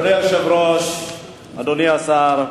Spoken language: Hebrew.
אדוני היושב-ראש, אדוני השר,